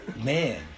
man